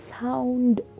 sound